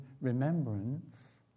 remembrance